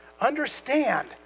Understand